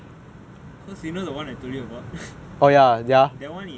that [one] is then the guy told me you know I told them I went to some err